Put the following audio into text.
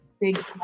big